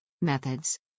Methods